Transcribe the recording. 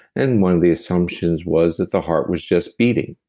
and one of the assumptions was that the heart was just beating.